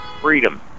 freedom